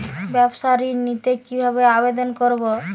ব্যাবসা ঋণ নিতে কিভাবে আবেদন করব?